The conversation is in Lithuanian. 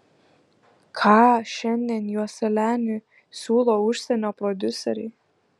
ką šiandien joselianiui siūlo užsienio prodiuseriai